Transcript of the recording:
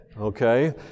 okay